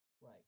Right